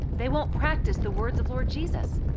they won't practice the words of lord jesus.